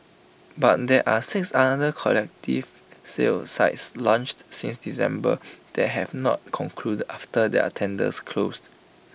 but there are six other collective sale sites launched since December that have not concluded after their tenders closed